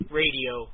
radio